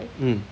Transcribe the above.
mm